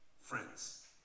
friends